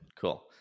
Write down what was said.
Cool